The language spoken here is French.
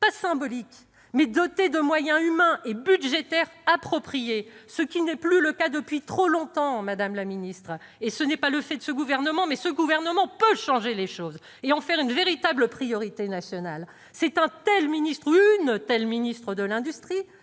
pas symbolique, mais doté de moyens humains et budgétaires appropriés, ce qui n'est plus le cas depuis trop longtemps, madame la secrétaire d'État. Ce n'est pas le fait de ce gouvernement, mais ce gouvernement peut changer les choses et faire de la sidérurgie une véritable priorité nationale. Seul un tel- ou une telle ! -ministre de l'industrie